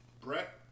Brett